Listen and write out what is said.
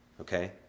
okay